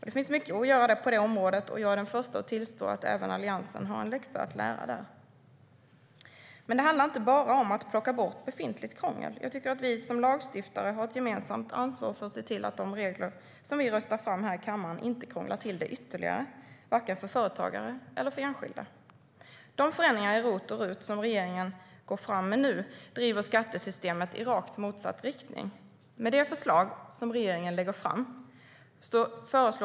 Det finns mycket att göra på det området, och jag är den första att tillstå att även Alliansen har en läxa att göra där. Men det handlar inte bara om att plocka bort befintligt krångel. Jag tycker att vi som lagstiftare har ett gemensamt ansvar för att se till att de regler som vi röstar fram här i kammaren inte krånglar till det ytterligare - varken för företagare eller för enskilda. De förändringar i ROT och RUT som regeringen går fram med nu driver skattesystemet i rakt motsatt riktning.